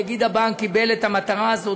נגיד הבנק קיבל את המטרה הזאת,